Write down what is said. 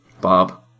Bob